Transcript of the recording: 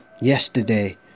yesterday